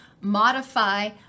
modify